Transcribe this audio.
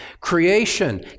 creation